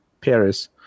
paris